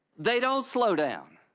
they don't slow down.